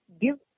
give